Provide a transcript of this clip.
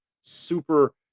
super